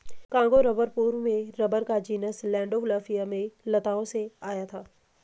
Congo rubber पूर्व में rubber का जीनस लैंडोल्फिया में लताओं से आया था